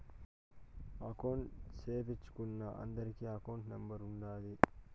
account సేపిచ్చుకున్నా అందరికి account number ఉంటాది